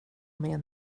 med